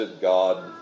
God